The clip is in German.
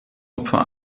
opfer